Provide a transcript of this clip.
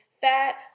fat